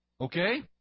okay